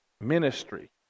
ministry